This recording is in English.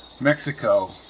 Mexico